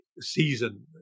season